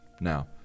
Now